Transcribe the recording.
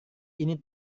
ini